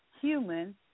Human